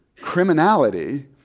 criminality